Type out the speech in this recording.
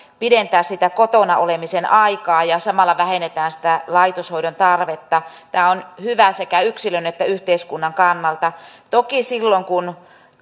pidentää sitä kotona olemisen aikaa ja samalla vähennetään sitä laitoshoidon tarvetta tämä on hyvä sekä yksilön että yhteiskunnan kannalta toki silloin kun